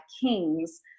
kings